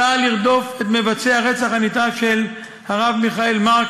צה"ל ירדוף את מבצעי הרצח הנתעב של הרב מיכאל מרק,